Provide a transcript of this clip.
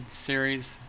series